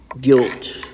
Guilt